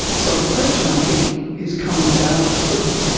so the question i think is coming down to,